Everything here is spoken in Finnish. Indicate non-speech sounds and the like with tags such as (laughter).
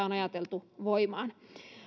(unintelligible) on ajateltu tulevan voimaan